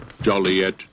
Joliet